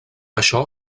això